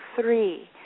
three